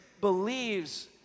believes